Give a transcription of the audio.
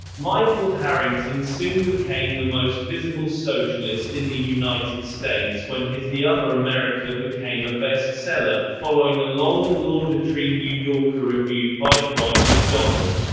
michael harrington soon became the most visible socialist in the united states when his the other america became a best seller, following a long and laudatory new yorker review by dwight macdonald.